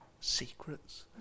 secrets